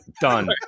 done